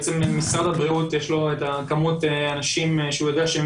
בעצם למשרד הבריאות יש את כמות האנשים שהוא יודע שהם